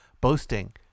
boasting